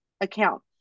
account